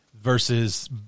versus